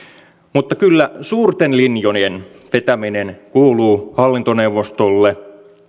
mutta kyllä suurten linjojen vetäminen kuuluu hallintoneuvostolle